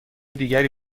دیگری